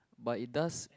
but it does